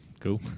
Cool